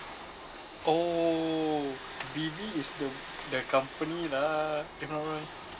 oh B_B is the the company lah